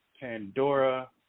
Pandora